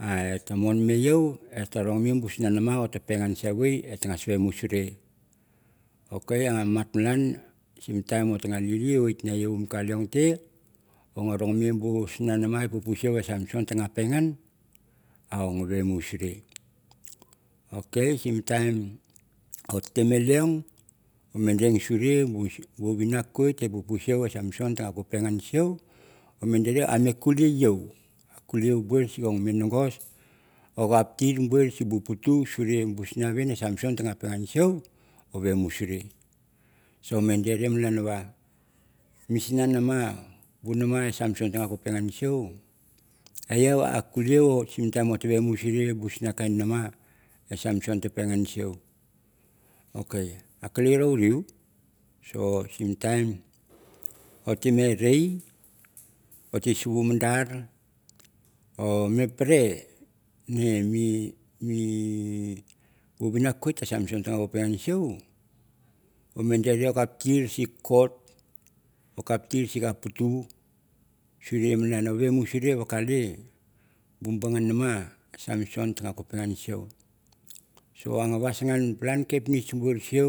Et ta mon me i ou etha ronne bu mas na kain mama oh pegan se wei et mas vabusira ok a mat malang sim time lili wit yeou mi ka leon, te bus nga nama e pupu siu samson a etna vamusur ok sim time ke leong ot te den suri vinakwit e papu sim samson ta ko pengan sim ta kulei yeo a kulei yeo bu sin ko vinagos, or kap vamusur, git te deretir bur sin sim bu putu salu bu sinavon samson pongan sui or vamusur, git te dere malang misana nama samson, bu nama samson ta kengan siu ok a kele roremi so sim taim or te suwa madar or te me pere bu vinagkuit samson ta me pengan slu or kap dere or kap tir sim kot tir siga putu sru ne te or te vamusuri vakali bu nama samson ta rengan sim so a vagangan palang kenitch sui